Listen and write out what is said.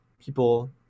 people